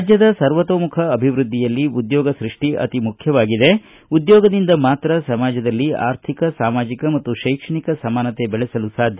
ರಾಜ್ಯದ ಸರ್ವತೋಮುಖ ಅಭಿವೃದ್ಧಿಯಲ್ಲಿ ಉದ್ಯೋಗ ಸೃಷ್ಟಿ ಅತಿ ಮುಖ್ಯವಾಗಿದೆ ಉದ್ಯೋಗದಿಂದ ಮಾತ್ರ ಸಮಾಜದಲ್ಲಿ ಆರ್ಥಿಕ ಸಾಮಾಜಿಕ ಮತ್ತು ಶೈಕ್ಷಣಿಕ ಸಮಾನತೆ ಬೆಳೆಸಲು ಸಾಧ್ಯ